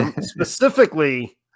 specifically